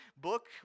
book